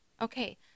Okay